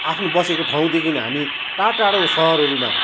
आफ्नो बसेको ठाउँदेखि हामी टाढटाढो सहरहरूमा